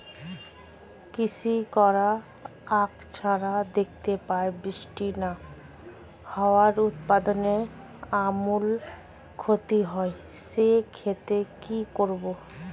কৃষকরা আকছার দেখতে পায় বৃষ্টি না হওয়ায় উৎপাদনের আমূল ক্ষতি হয়, সে ক্ষেত্রে কি করব?